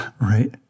Right